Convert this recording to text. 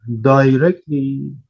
directly